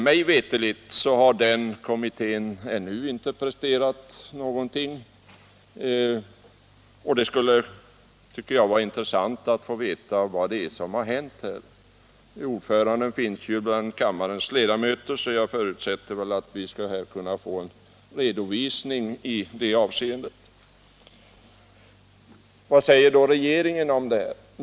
Mig veterligt har denna kommitté ännu inte presterat någonting. Jag tycker att det skulle vara intressant att få veta vad som hänt. Ordföranden finns ju bland kammarens ledamöter, varför jag förutsätter att vi skall kunna få en redovisning i det avseendet. Vad säger då regeringen om detta?